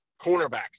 cornerback